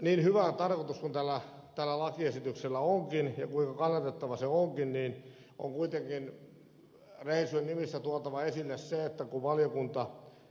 niin hyvä tarkoitus kuin tällä lakiesityksellä onkin ja kuinka kannatettava se onkin on kuitenkin rehellisyyden nimissä tuotava esille se että kun valiokunta